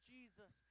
Jesus